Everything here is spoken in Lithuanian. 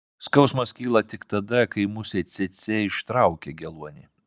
skausmas kyla tik tada kai musė cėcė ištraukia geluonį